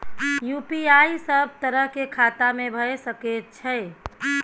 UPI सब तरह के खाता में भय सके छै?